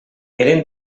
eren